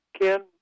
Ken